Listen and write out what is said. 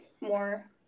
more